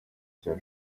cya